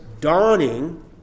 dawning